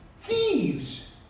thieves